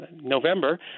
November